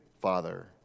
Father